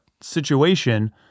situation